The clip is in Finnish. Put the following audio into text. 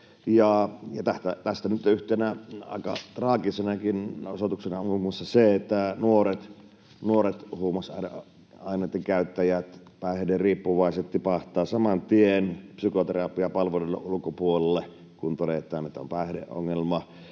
tästä nyt yhtenä aika traagisenakin osoituksena on muun muassa se, että nuoret huumausaineiden käyttäjät, päihderiippuvaiset tipahtavat saman tien psykoterapiapalvelujen ulkopuolelle ja pois mt-palveluitten